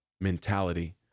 mentality